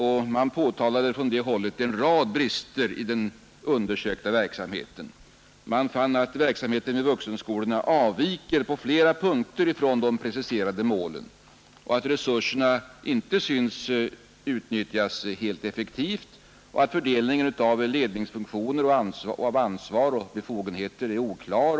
Man påtalade från det hållet en rad brister i den undersökta verksamheten. Man fann att verksamheten vid vuxenskolorna på flera punkter avviker från de preciserade målen, att resurserna inte synes utnyttjas helt effektivt och att fördelningen av ledningsfunktioner, ansvar och befogenheter är oklar.